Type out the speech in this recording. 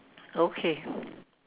okay